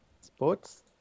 sports